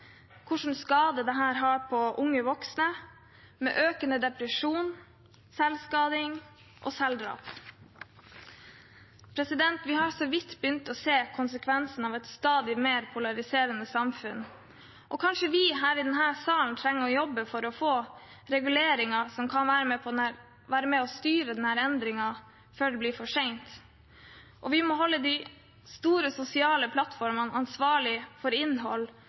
skade dette gjør på unge voksne, med mer depresjon, selvskading og selvdrap. Vi har så vidt begynt å se konsekvensen av et stadig mer polariserende samfunn. Kanskje vi her i denne salen trenger å jobbe for å få reguleringer som kan være med og styre denne endringen, før det blir for sent. Og vi må holde de store sosiale plattformene ansvarlig for at innhold